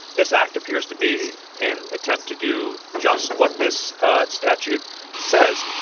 this act appears to be an attempt to do just what this ah statute says.